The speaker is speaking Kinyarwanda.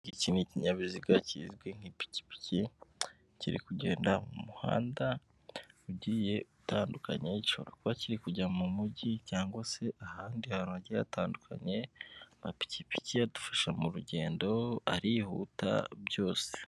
Iki ikinyabiziga kizwi nk'ipikipiki kiri kugenda mu muhanda ugiye utandukanye gishobora kuba kiri kujya mu mujyi cyangwa se ahandi hantu hagiye hatandukanye, amapikipiki adufasha mu rugendo arihuta byose.